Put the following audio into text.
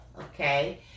okay